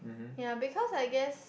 yea because I guess